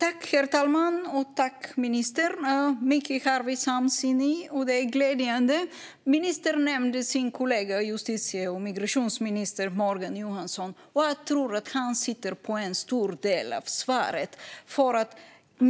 Herr talman! Tack, ministern, för detta! Mycket har vi samsyn i, och det är glädjande. Ministern nämnde sin kollega, justitie och migrationsminister Morgan Johansson, och jag tror att han sitter på en stor del av svaret.